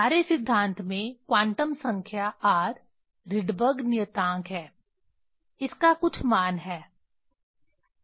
हमारे सिद्धांत में क्वांटम संख्या R रिडबर्ग नियतांक है इसका कुछ मान है